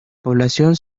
población